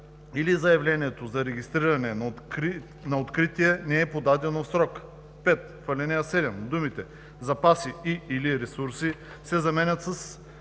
„или заявлението за регистриране на откритие не е подадено в срок“. 5. В ал. 7 думите „запаси и/или ресурси“ се заменят със